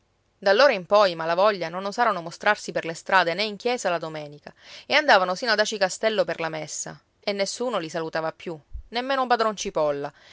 tranquilla d'allora in poi i malavoglia non osarono mostrarsi per le strade né in chiesa la domenica e andavano sino ad aci castello per la messa e nessuno li salutava più nemmeno padron cipolla